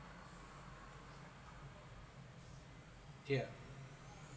yeah